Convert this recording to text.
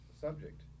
subject